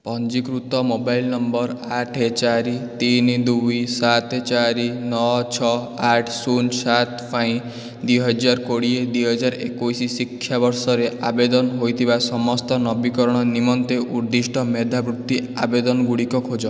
ପଞ୍ଜୀକୃତ mobile number ଆଠ ଚାରି ତିନି ଦୁଇ ସାତ ଚାରି ନଅ ଛଅ ଆଠ ଶୂନ ସାତ ପାଇଁ ଦୁଇ ହଜାର କୋଡ଼ିଏ ଦୁଇ ହଜାର ଏକୋଇଶ ଶିକ୍ଷାବର୍ଷରେ ଆବେଦନ ହୋଇଥିବା ସମସ୍ତ ନବୀକରଣ ନିମନ୍ତେ ଉଦ୍ଦିଷ୍ଟ ମେଧାବୃତ୍ତି ଆବେଦନଗୁଡ଼ିକ ଖୋଜ